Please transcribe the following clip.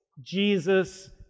Jesus